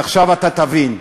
אז עכשיו אתה תבין,